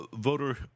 Voter